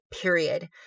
period